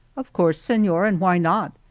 of course, senor, and why not?